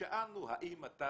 שאלנו האם אתה